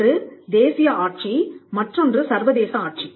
ஒன்று தேசிய ஆட்சி மற்றொன்று சர்வதேச ஆட்சி